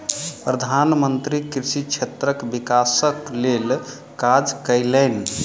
प्रधान मंत्री कृषि क्षेत्रक विकासक लेल काज कयलैन